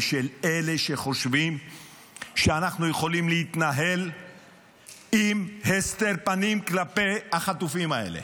ושל אלה שחושבים שאנחנו יכולים להתנהל עם הסתר פנים כלפי החטופים האלה.